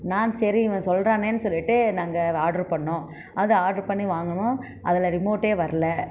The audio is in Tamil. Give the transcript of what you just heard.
நான் சரி இவன் சொல்கிறானேன்னு சொல்லிவிட்டு நாங்கள் ஆட்ரு பண்ணோம் அதை ஆட்ரு பண்ணி வாங்கினோம் அதில் ரிமோட்டே வரல